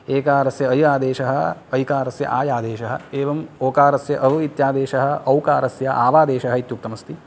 एकारस्य अय् आदेशः ऐकारस्य आय् आदेशः एवम् ओकारस्य औ इत्यादेशः औकारस्य आवादेशः इत्युक्तम् अस्ति